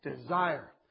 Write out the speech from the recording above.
desire